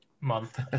month